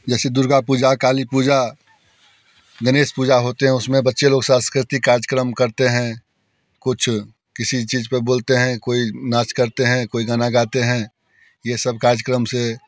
जैसे दुर्गा पूजा काली पूजा गणेश पूजा होती है उस में बच्चे लोग सांस्कृतिक कार्यक्रम करते हैं कुछ किसी चीज़ पर बोलते हैं कोई नाच करते हैं कोई गाना गाते हैं ये सब कार्यक्रम से